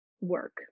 work